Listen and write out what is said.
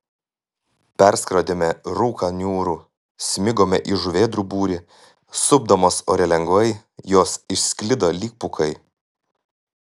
perskrodėme rūką niūrų smigome į žuvėdrų būrį supdamos ore lengvai jos išsklido lyg pūkai